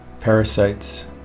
parasites